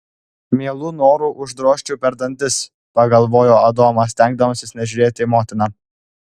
mielu noru uždrožčiau per dantis pagalvojo adomas stengdamasis nežiūrėti į motiną